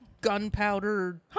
Gunpowder